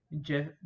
Jeff